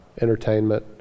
Entertainment